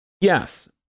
Yes